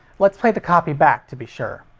let's play the copy back to be sure.